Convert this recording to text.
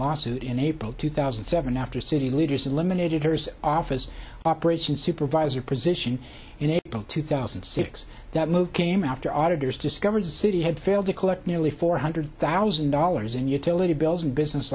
lawsuit in april two thousand and seven after city leaders eliminated hers office operations supervisor position in april two thousand and six that move came after auditors discovered city had failed to collect nearly four hundred thousand dollars in utility bills and business